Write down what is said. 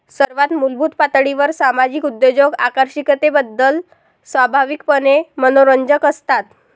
सर्वात मूलभूत पातळीवर सामाजिक उद्योजक आकर्षकतेबद्दल स्वाभाविकपणे मनोरंजक असतात